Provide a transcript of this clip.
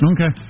Okay